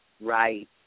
Right